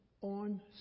on